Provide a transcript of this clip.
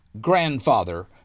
grandfather